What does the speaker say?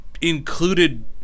included